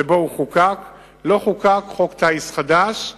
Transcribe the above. שאז הוא חוקק, לא חוקק חוק טיס חדש,